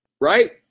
Right